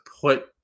put